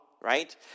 right